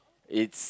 it's